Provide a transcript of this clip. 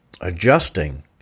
adjusting